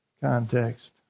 context